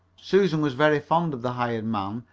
susan was very fond of the hired man,